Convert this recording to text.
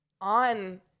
on